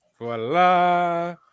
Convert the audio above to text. Voila